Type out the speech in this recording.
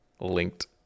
linked